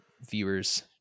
viewers